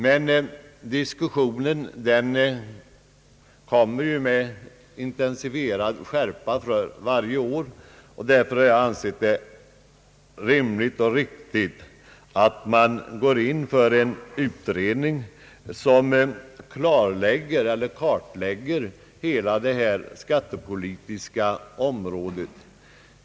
Men frågorna blir föremål för diskussion med intensifierad styrka varje år, och jag har därför ansett det rimligt och riktigt att man tillsätter en utredning som kartlägger hela detta skattepolitiska område.